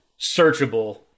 searchable